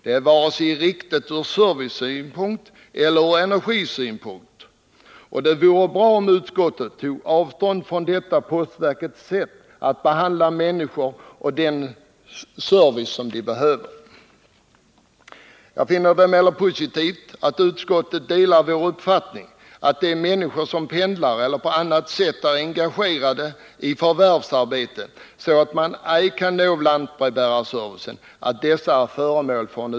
Det är inte riktigt, vare sig ur servicesynpunkt eller ur energisynpunkt, och det vore därför bra om utskottet tog avstånd från detta postverkets sätt att behandla människor när det gäller den service som de behöver. Jag finner det emellertid positivt att utskottet delar vår uppfattning att det behöver göras en undersökning angående hur många människor som pendlar eller är så engagerade i förvärvsarbete att de inte kan utnyttja lantbrevbärarservicen.